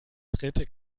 dritte